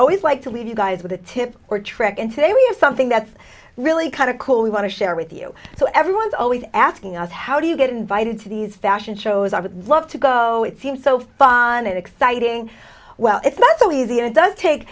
always like to leave you guys with a tip or trick and say we have something that's really kind of cool we want to share with you so everyone's always asking us how do you get invited to these fashion shows i would love to go it seems so fun and exciting well it's not so easy and it does take